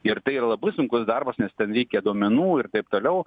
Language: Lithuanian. ir tai yra labai sunkus darbas nes ten reikia duomenų ir taip toliau